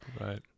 Right